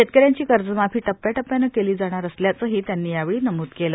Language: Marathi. शेतकऱ्यांची कर्जमाफी टप्याटप्यानं केली जाणार असल्याचंही त्यांनी यावेळी नमुद केलं